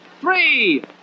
three